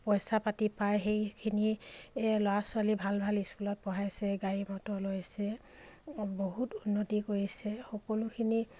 পইচা পাতি পায় সেইখিনি ল'ৰা ছোৱালী ভাল ভাল স্কুলত পঢ়াইছে গাড়ী মটৰ লৈছে বহুত উন্নতি কৰিছে সকলোখিনি